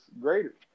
greater